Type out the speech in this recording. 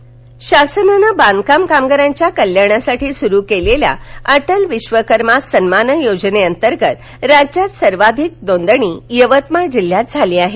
कामगार नोंदणी शासनान बाधकाम कामगारांच्या कल्याणासाठी सुरू केलेल्या अटल विधकर्मा सन्मान योजनेतर्गत राज्यात सर्वाधिक नोंदणी यवतमाळ जिल्ह्यात झाली आहे